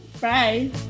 Bye